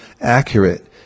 accurate